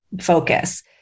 focus